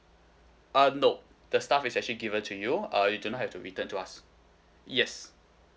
uh no the stuff is actually given to you uh you do not have to return to us yes